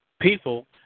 people